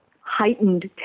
heightened